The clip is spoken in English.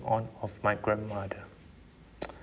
on of my grandmother